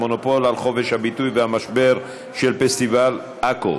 המונופול על חופש הביטוי והמשבר של פסטיבל עכו,